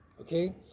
Okay